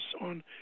on